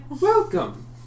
Welcome